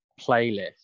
playlist